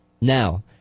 Now